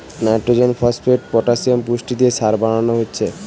nitrogen, phosphate, potassium পুষ্টি দিয়ে সার বানানা হচ্ছে